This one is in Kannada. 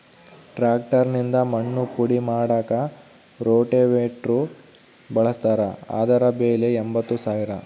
ಟ್ರಾಕ್ಟರ್ ನಿಂದ ಮಣ್ಣು ಪುಡಿ ಮಾಡಾಕ ರೋಟೋವೇಟ್ರು ಬಳಸ್ತಾರ ಅದರ ಬೆಲೆ ಎಂಬತ್ತು ಸಾವಿರ